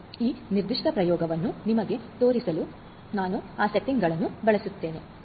ಆದ್ದರಿಂದ ಈ ನಿರ್ದಿಷ್ಟ ಪ್ರಯೋಗವನ್ನು ನಿಮಗೆ ತೋರಿಸಲು ನಾವು ಆ ಸೆಟ್ಟಿಂಗ್ಗಳನ್ನು ಬಳಸುತ್ತೇವೆ